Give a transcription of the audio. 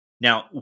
Now